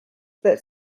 that